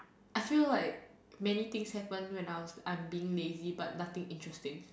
I feel like many things happen when I was I'm being lazy but nothing interesting